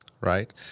right